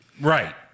Right